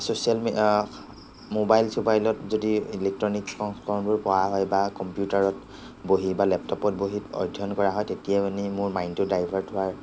social মি mobile চ'বাইলত যদি ইলেকট্ৰনিক সংস্কৰণবোৰ পঢ়া হয় বা কম্পিউটাৰত বহি বা লেপটপত বহি অধ্য়য়ন কৰা হয় তেতিয়া মানে মোৰ মাইণ্ডটো ডাইভাৰ্ট হোৱাৰ